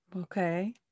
okay